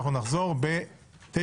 אנחנו נחזור ב-09:51.